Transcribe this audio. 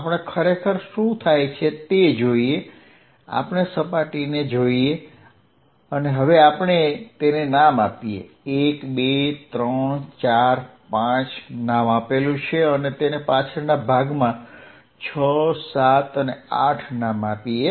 આપણે ખરેખર શું થાય છે તે જોઈએ આપણે સપાટીને જોઈએ હવે આપણે તેને નામ આપીએ 1 2 3 4 5 નામ આપેલું છે અને તેને પાછળના ભાગમાં 6 7 અને 8 નામ આપીએ